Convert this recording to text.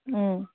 ꯎꯝ